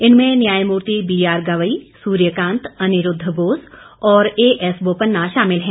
इनमें न्यायमूर्ति B R Gavai Suryakant Aniruddha Bose और ए एस बोपन्ना शामिल हैं